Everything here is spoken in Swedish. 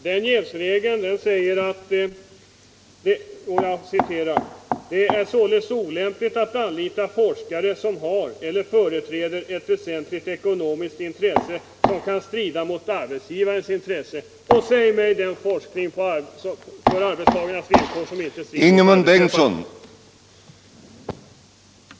Den lyder: ”Det är således olämpligt att anlita forskare, som har eller företräder ett väsentligt ekonomiskt intresse som kan strida mot arbetsgivarens intressen.” Och säg mig den forskning för arbetstagarna som inte strider mot arbetsgivarens ekonomiska intressen!